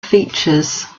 features